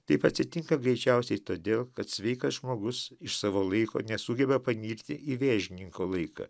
taip atsitinka greičiausiai todėl kad sveikas žmogus iš savo laiko nesugeba panirti į vėžininko laiką